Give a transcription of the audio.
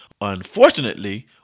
Unfortunately